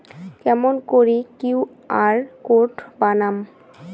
কেমন করি QR code বানাম?